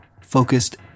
focused